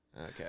Okay